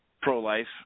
pro-life